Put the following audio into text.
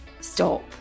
stop